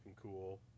cool